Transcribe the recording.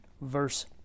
verse